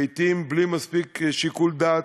לעתים בלי מספיק שיקול דעת,